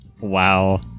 Wow